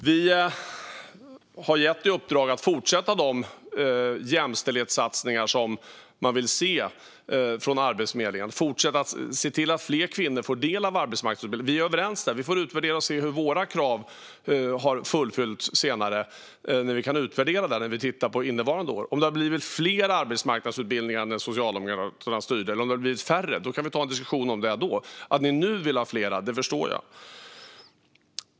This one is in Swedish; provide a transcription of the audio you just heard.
Vi har gett i uppdrag att fortsätta de jämställdhetssatsningar som man vill se från Arbetsförmedlingen och att fler kvinnor ska få del av arbetsmarknadsutbildningarna. Vi är överens där. Vi får utvärdera och se hur våra krav uppfylls senare när vi kan utvärdera detta och kan se på innevarande år. Om det visar sig att det blivit fler eller färre arbetsmarknadsutbildningar än när Socialdemokraterna styrde kan vi ta en diskussion om det då. Men att ni nu säger att ni vill ha fler förstår jag.